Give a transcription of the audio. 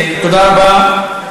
תודה רבה.